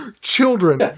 children